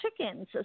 chickens